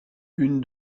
une